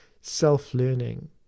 self-learning